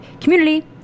community